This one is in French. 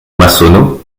massonneau